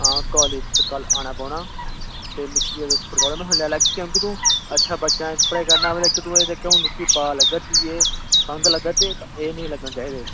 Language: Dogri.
आं काॅलेज कल्ल आना पौना ते मिकी क्योंकि तूं अच्छा बच्चा ऐं पढ़ाई करना तूं इक्क तुकी ब्हाऽ लग्गा दी फंघ लग्गा दे एह् नेईं लग्गने चाहिदे